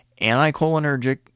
anticholinergic